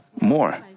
more